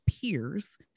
peers